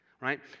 Right